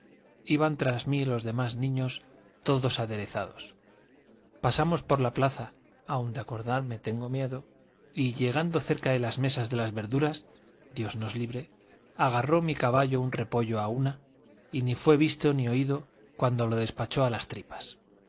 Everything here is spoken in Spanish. niños todos aderezados pasamos por la plaza aun de acordarme tengo miedo y llegando cerca de las mesas de las verduras dios nos libre agarró mi caballo un repollo a una y ni fue visto ni oído cuando lo despachó a las tripas